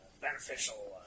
beneficial